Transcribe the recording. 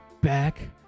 back